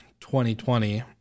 2020